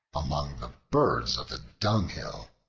among the birds of the dunghill.